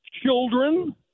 children